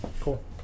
Cool